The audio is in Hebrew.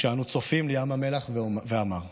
כשאנו צופים לים המלח, ואמר: